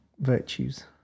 virtues